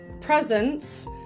presents